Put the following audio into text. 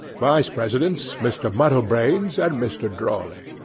vice-presidents mr. muddlebranes and mr. drawley.